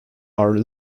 are